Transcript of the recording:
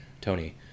Tony